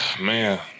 man